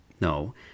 No